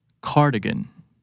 Cardigan